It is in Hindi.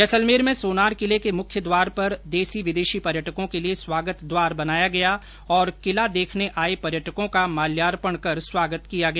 जेसलमेर में सोनार किले के मुख्य द्वार पर देसी विदेशी पर्यटकों के लिए स्वागत द्वार बनाया गया और किला देखने आए पर्यटकों का माल्यर्पण कर स्वागत किया गया